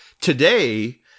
today